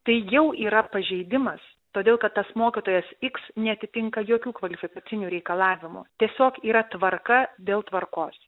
tai jau yra pažeidimas todėl kad tas mokytojas iks neatitinka jokių kvalifikacinių reikalavimų tiesiog yra tvarka dėl tvarkos